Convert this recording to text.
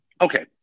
Okay